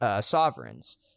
sovereigns